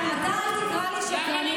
אתה, אל תקרא לי שקרנית.